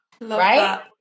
right